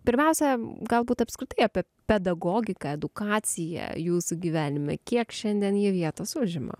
pirmiausia galbūt apskritai apie pedagogiką edukaciją jūsų gyvenime kiek šiandien ji vietos užima